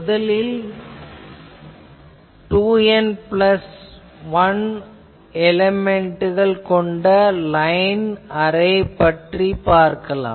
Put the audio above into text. முதலில் 2N plus 1 எலேமென்ட்கள் கொண்ட லைன் அரே பற்றிப் பார்க்கலாம்